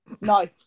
No